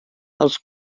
els